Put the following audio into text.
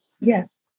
Yes